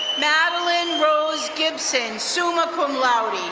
madeline rose gibson, summa cum laude.